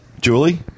Julie